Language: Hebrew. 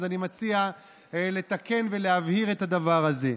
ואני מציע לתקן ולהבהיר את הדבר הזה.